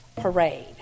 Parade